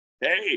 hey